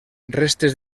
restes